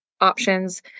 options